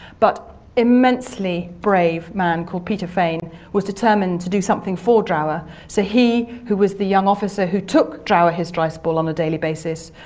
but an immensely brave man called peter fane was determined to do something for drower. so he, who was the young officer who took drower his rice ball on a daily basis,